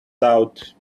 doubt